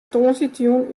tongersdeitejûn